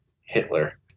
Hitler